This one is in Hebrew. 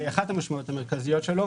אחת המשמעויות המרכזיות שלו,